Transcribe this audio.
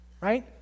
right